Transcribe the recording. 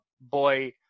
boy